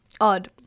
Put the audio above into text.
odd